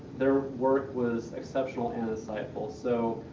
their work was exceptional and insightful. so,